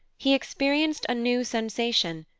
he experienced a new sensation,